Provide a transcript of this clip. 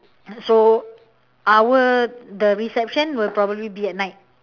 so our the reception will probably be at night